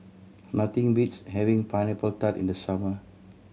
nothing beats having Pineapple Tart in the summer